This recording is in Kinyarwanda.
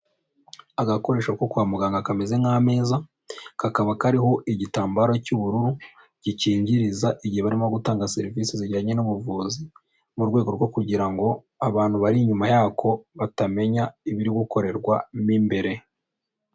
Agakoresho ko kwa muganga kameze nk'ameza kakaba kariho igitambaro cy'ubururu gikingiriza igihe barimo gutanga serivisi zijyanye n'ubuvuzi, mu rwego rwo kugira ngo abantu bari inyuma yako batamenya ibiri gukorerwamo imbere.